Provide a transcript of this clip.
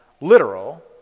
literal